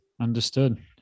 understood